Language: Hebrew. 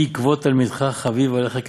יהי כבוד תלמידך חביב עליך כשלך,